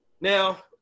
Now